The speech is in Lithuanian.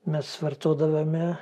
mes vartodavome